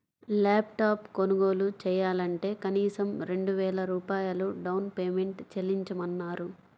lap top కొనుగోలు చెయ్యాలంటే కనీసం రెండు వేల రూపాయలు డౌన్ పేమెంట్ చెల్లించమన్నారు